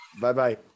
Bye-bye